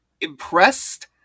impressed